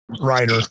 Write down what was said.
writer